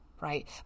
right